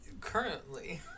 Currently